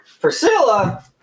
Priscilla